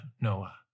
Noah